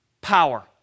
power